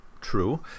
true